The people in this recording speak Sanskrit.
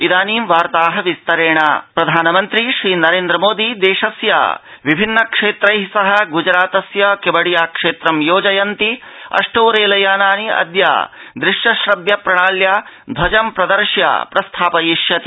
इदानीं वार्ता विस्तरणि प्रधानमन्त्री क्विड़िया प्रधानमन्त्री श्रीनरेन्द्र मोदी देशस्य विभिन्न क्षेत्रै सह ग़जरातस्य केवड़िया क्षेत्र योजयन्ति अष्टौ रेल यानानि अद्य दृश्य श्रव्य प्रणाल्या ध्वजं प्रदर्श्य प्रस्थापयिष्यति